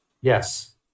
Yes